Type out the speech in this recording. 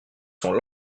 sont